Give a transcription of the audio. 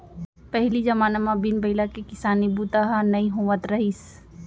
पहिली जमाना म बिन बइला के किसानी बूता ह नइ होवत रहिस